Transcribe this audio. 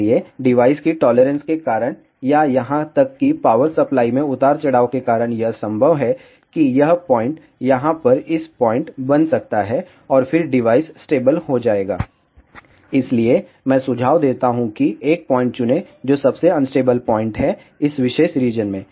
इसलिए डिवाइस की टॉलरेंस के कारण या यहां तक कि पावर सप्लाई में उतार चढ़ाव के कारण यह संभव है कि यह पॉइंट यहां पर इस पॉइंट बन सकता है और फिर डिवाइस स्टेबल हो जाएगा इसलिए मैं सुझाव देता हूं कि एक पॉइंट चुनें जो सबसे अनस्टेबल पॉइंट है इस विशेष रीजन में